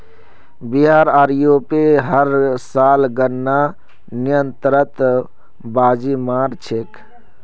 बिहार आर यू.पी हर साल गन्नार निर्यातत बाजी मार छेक